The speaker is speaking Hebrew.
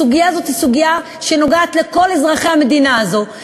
הסוגיה הזאת נוגעת לכל אזרחי המדינה הזאת,